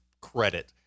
credit